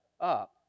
up